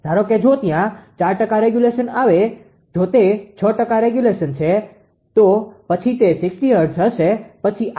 ધારો કે જો ત્યાં 4 ટકા રેગ્યુલેશન છે જો તે 6 ટકા રેગ્યુલેશન છે તો પછી તે 60 હર્ટ્ઝ હશે પછી આ મૂલ્ય બદલાશે